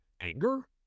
anger